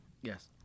Yes